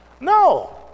No